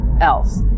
else